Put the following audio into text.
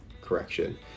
correction